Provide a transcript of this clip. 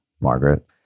Margaret